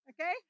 okay